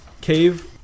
cave